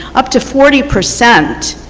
up to forty percent